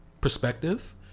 perspective